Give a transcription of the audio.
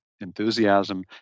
enthusiasm